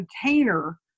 container